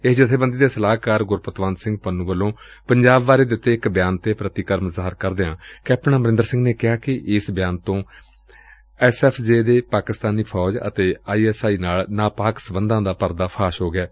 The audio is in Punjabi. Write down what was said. ਇਸ ਜਬੇਬੰਦੀ ਦੇ ਸਲਾਹਕਾਰ ਗੁਰਪਤਵੰਤ ਸਿੰਘ ਪੰਨੂ ਵੱਲੋਂ ਪੰਜਾਬ ਬਾਰੇ ਦਿੱਤੇ ਇਕ ਬਿਆਨ ਤੇ ਪ੍ਤੀਕਰਮ ਜ਼ਾਹਿਰ ਕਰਦਿਆਂ ਕੈਪਟਨ ਅਮਰਿੰਦਰ ਸਿੰਘ ਨੇ ਕਿਹਾ ਕਿ ਇਸ ਬਿਆਨ ਤੋਂ ਐਸ ਐਫ ਜੇ ਦੇ ਪਾਕਿਸਤਾਨੀ ਫੌਜ ਅਤੇ ਆਈ ਐਸ ਆਈ ਨਾਲ ਨਾਪਾਕ ਸਬੰਧਾਂ ਦਾ ਪਰਦਾ ਫਾਸ਼ ਹੋ ਗਿਐ